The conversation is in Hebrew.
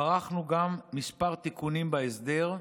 ערכנו גם כמה תיקונים בהסדר.